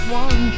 one